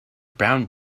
brown